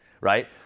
right